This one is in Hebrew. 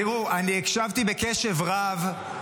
תראו, אני הקשבתי בקשב רב.